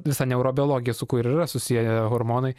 visą neurobiologiją su kuo ir yra susieję hormonai